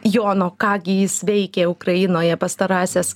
jono ką gi jis veikė ukrainoje pastarąsias